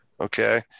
okay